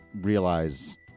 realize